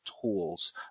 tools